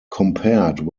compared